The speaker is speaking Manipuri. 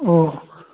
ꯑꯣ